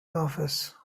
office